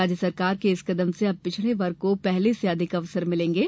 राज्य सरकार के इस कदम से अब पिछड़े वर्ग को पहले से अधिक अवसर मिलेंगे